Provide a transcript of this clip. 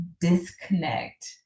disconnect